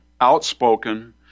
outspoken